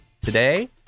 today